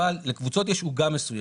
אבל לקבוצות יש עוגה מסוימת.